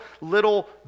little